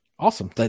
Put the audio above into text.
Awesome